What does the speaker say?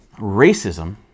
Racism